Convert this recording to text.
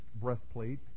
breastplate